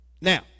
Now